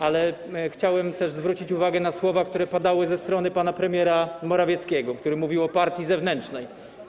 Ale chciałem też zwrócić uwagę na słowa, które padały ze strony pana premiera Morawieckiego, który mówił o partii zewnętrznej.